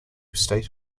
state